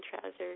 trousers